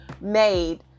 made